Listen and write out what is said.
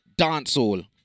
dancehall